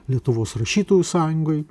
lietuvos rašytojų sąjungoj